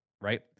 right